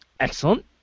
Excellent